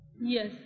Yes